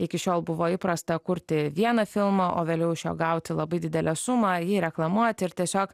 iki šiol buvo įprasta kurti vieną filmą o vėliau iš jo gauti labai didelę sumą jį reklamuot ir tiesiog